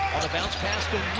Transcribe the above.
the bounce pass